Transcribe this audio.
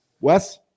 Wes